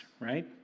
right